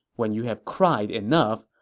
when you have cried enough,